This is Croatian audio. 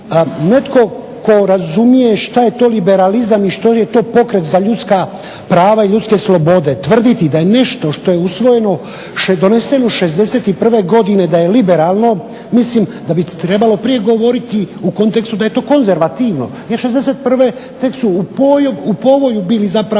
netko tko razumije što je to liberalizam i što je to pokret za ljudska prava i ljudske slobode tvrditi da je nešto što je usvojeno, što je doneseno '61. godine da je liberalno mislim da bi se trebalo prije govoriti u kontekstu da je to konzervativno. Jer '61. tek su u povoju bili zapravo